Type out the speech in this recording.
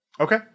okay